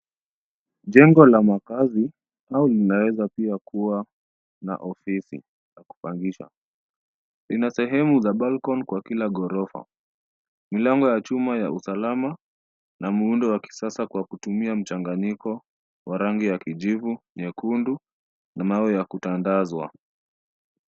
Jengo la makazi, au linaweza pia kuwa na ofisi ya kupangisha. Lina sehemu za balcony kila ghorofa . Milango ya chuma ya usalama na muundo wa kisasa kwa kutumia mchanganyiko wa rangi ya kijivu, nyekundu, na mawe ya kutandazwa.